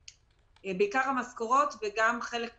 בעיקר המשכורות וגם חלק מהמע"מ.